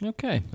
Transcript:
Okay